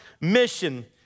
mission